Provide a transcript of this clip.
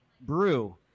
Brew